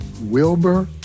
Wilbur